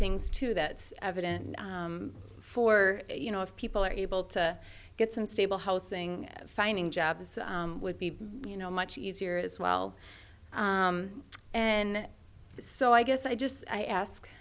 things too that's evident for you know if people are able to get some stable housing finding jobs would be you know much easier as well and so i guess i just i